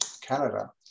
Canada